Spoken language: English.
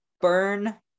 burn